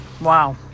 Wow